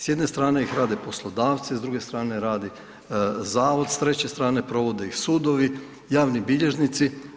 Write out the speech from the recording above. S jedne strane ih rade poslodavci, s druge strane radi zavod, s treće strane provode ih sudovi, javni bilježnici.